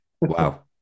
wow